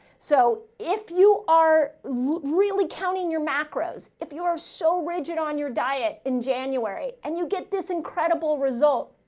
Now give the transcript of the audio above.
so if you are really counting your macros, if you are so rigid on your diet in january and you get this incredible result.